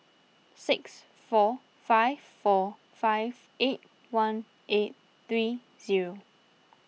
six four five four five eight one eight three zero